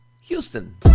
houston